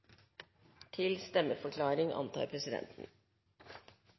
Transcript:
til stemmeforklaring. Eg